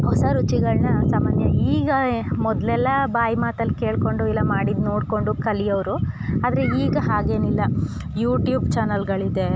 ಹೊಸ ರುಚಿಗಳನ್ನ ಸಾಮಾನ್ಯ ಈಗ ಮೊದಲೆಲ್ಲಾ ಬಾಯಿ ಮಾತಲ್ಲಿ ಕೇಳ್ಕೊಂಡು ಇಲ್ಲ ಮಾಡಿದ್ದು ನೋಡ್ಕೊಂಡು ಕಲಿಯೋರು ಆದರೆ ಈಗ ಹಾಗೇನಿಲ್ಲ ಯೂಟ್ಯೂಬ್ ಚಾನಲ್ಗಳಿದೇ